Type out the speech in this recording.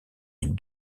est